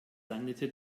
landete